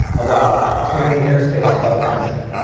about clearing the airspace above a country.